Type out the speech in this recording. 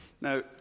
Now